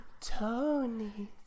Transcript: Tony